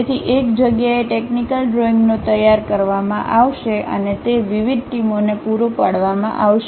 તેથી એક જગ્યાએ ટેકનિકલ ડ્રોઈંગનો તૈયાર કરવામાં આવશે અને તે વિવિધ ટીમોને પૂરા પાડવામાં આવશે